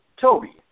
Toby